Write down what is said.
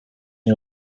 nie